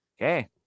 Okay